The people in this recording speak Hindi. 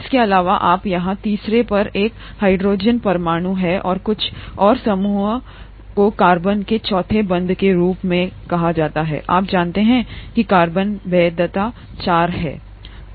इसके अलावा आप यहाँ तीसरे पर एक हाइड्रोजन परमाणु है और कुछ ने आर समूह को कार्बन के चौथे बंधन के रूप में कहा आप जानते हैं कि कार्बन वैधता चार है